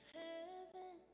heaven